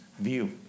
view